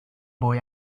boy